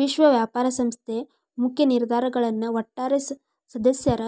ವಿಶ್ವ ವ್ಯಾಪಾರ ಸಂಸ್ಥೆ ಮುಖ್ಯ ನಿರ್ಧಾರಗಳನ್ನ ಒಟ್ಟಾರೆ ಸದಸ್ಯರ